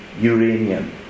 uranium